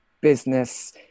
business